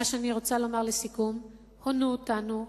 מה שאני רוצה לומר לסיכום, הונו אותנו,